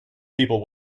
people